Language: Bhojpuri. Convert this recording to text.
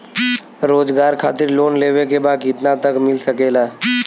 रोजगार खातिर लोन लेवेके बा कितना तक मिल सकेला?